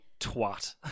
twat